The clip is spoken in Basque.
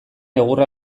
egurra